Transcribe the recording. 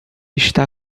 está